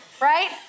Right